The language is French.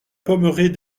pommeraie